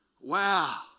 Wow